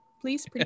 please